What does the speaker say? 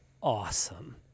awesome